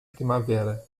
primavera